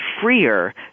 freer